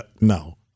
No